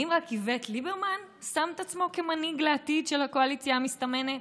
האם רק איווט ליברמן שם את עצמו כמנהיג לעתיד של הקואליציה המסתמנת?